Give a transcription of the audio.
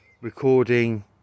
recording